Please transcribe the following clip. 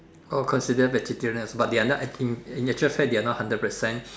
oh consider vegetarians but they are not in in actual fact they are not hundred percent